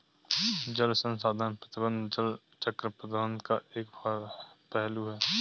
जल संसाधन प्रबंधन जल चक्र प्रबंधन का एक पहलू है